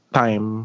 time